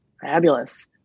Fabulous